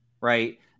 right